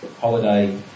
holiday